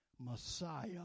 Messiah